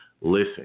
Listen